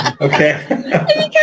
Okay